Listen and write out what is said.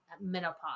menopause